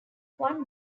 one